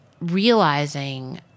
realizing